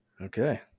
okay